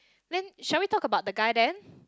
then shall we talk about the guy then